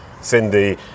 Cindy